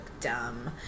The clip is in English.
dumb